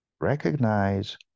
Recognize